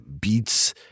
beats